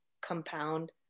compound